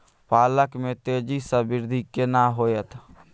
पालक में तेजी स वृद्धि केना होयत?